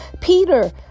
peter